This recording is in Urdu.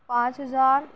پانچ ہزار